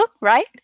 Right